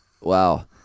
wow